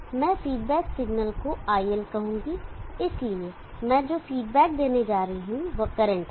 मैं feedback signal को iL कहूंगा इसलिए मैं जो फीडबैक देने जा रहा हूं वह करंट है